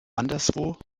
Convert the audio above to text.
anderswo